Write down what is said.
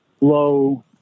low